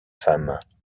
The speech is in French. femmes